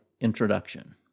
introduction